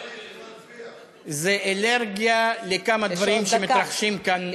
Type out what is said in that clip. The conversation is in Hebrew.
זה אלרגיה לכמה דברים שמתרחשים כאן בבניין.